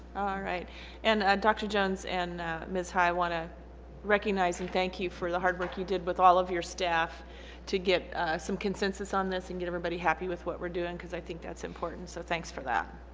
right and dr. jones and ms high i want to recognize and thank you for the hard work you did with all of your staff to get some consensus on this and get everybody happy with what we're doing because i think that's important so thanks for that.